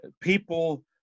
people